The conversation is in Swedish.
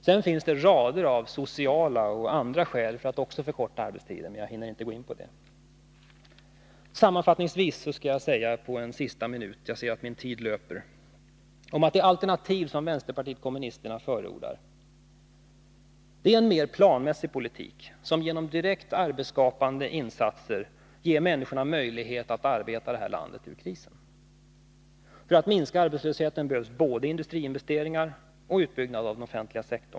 Sedan finns det rader av sociala och andra skäl för att förkorta arbetstiden, men jag hinner inte gå in på det. Jag ser att min taletid löper mot sitt slut. Sammanfattningsvis kan sägas om det alternativ som vänsterpartiet kommunisterna förordar att det är en mer planmässig politik, som genom direkt arbetsskapande insatser ger människorna möjlighet att arbeta landet ur krisen. För att man skall kunna minska arbetslösheten behövs både industriinvesteringar och en utbyggnad av den offentliga sektorn.